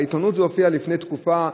בעיתונות זה הופיע לפני תקופה,